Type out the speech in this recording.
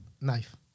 Knife